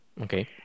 Okay